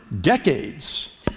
decades